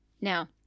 Now